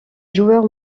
joueur